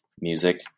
music